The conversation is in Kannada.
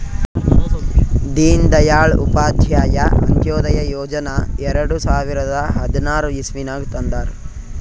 ದೀನ್ ದಯಾಳ್ ಉಪಾಧ್ಯಾಯ ಅಂತ್ಯೋದಯ ಯೋಜನಾ ಎರಡು ಸಾವಿರದ ಹದ್ನಾರ್ ಇಸ್ವಿನಾಗ್ ತಂದಾರ್